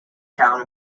town